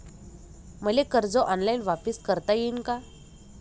मले कर्ज ऑनलाईन वापिस करता येईन का?